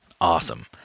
Awesome